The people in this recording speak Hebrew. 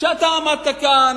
שאתה עמדת כאן,